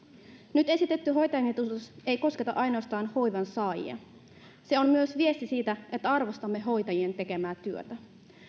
nyt esitetty hoitajamitoitus ei kosketa ainoastaan hoivan saajia se on myös viesti siitä että arvostamme hoitajien tekemää työtä